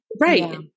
Right